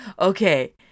Okay